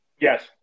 Yes